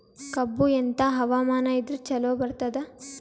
ಕಬ್ಬು ಎಂಥಾ ಹವಾಮಾನ ಇದರ ಚಲೋ ಬರತ್ತಾದ?